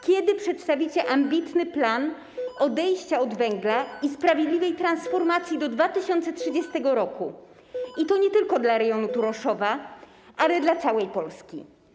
Kiedy przedstawicie ambitny plan odejścia od węgla i sprawiedliwej transformacji do 2030 r. nie tylko dla rejonu Turoszowa, lecz także dla całej Polski?